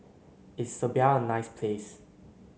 is Serbia a nice place